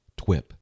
TWIP